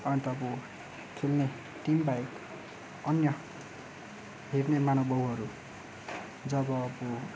अन्त अब खेल्ने टिमबाहेक अन्य हेर्ने महानुभावहरू जब